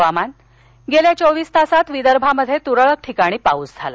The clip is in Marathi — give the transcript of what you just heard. हवामान गेल्या चोवीस तासांत विदर्भात तुरळक ठिकाणी पाऊस झाला